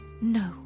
no